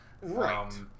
Right